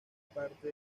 parte